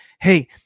Hey